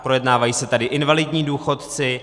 Projednávají se tady invalidní důchodci.